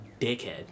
dickhead